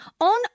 on